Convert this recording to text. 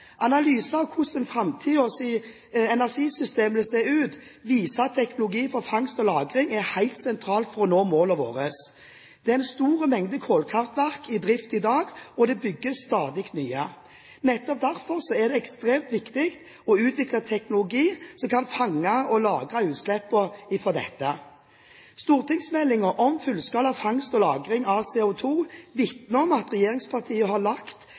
Analyser av hvordan framtidens energisystem vil se ut, viser at teknologi for fangst og lagring er helt sentralt for å nå målene våre. Det er en stor mengde kullkraftverk i drift i dag, og det bygges stadig nye. Nettopp derfor er det ekstremt viktig å utvikle teknologi som kan fange og lagre utslippene fra disse. Stortingsmeldingen om fullskala fangst og lagring av CO2 vitner om at regjeringspartiene har lagt